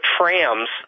trams